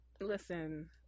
Listen